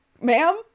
ma'am